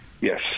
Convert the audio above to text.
Yes